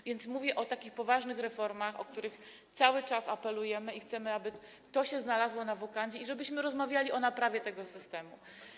A więc mówię o takich poważnych reformach, o które cały czas apelujemy, chcemy, aby to się znalazło na wokandzie i abyśmy rozmawiali o naprawie tego systemu.